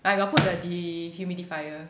I got put the dehumidifier